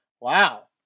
Wow